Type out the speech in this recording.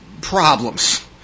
problems